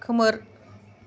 खोमोर